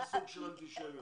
זה סוג של אנטישמיות.